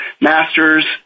Masters